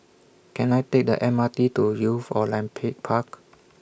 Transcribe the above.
Can I Take The M R T to Youth Olympic Park